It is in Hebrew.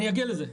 אני אגיע לזה.